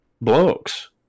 blokes